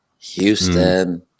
houston